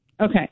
Okay